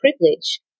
privilege